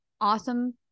awesome